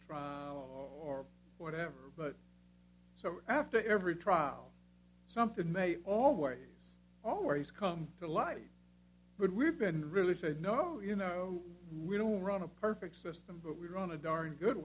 trial or whatever but so after every trial something may always always come to light but we've been really said no you know we don't run a perfect system but we run a darn good